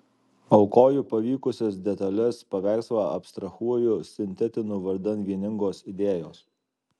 aukoju pavykusias detales paveikslą abstrahuoju sintetinu vardan vieningos idėjos